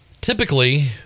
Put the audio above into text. Typically